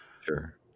sure